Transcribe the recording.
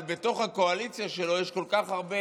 אבל בתוך הקואליציה שלו יש כל כך הרבה